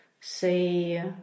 say